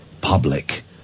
public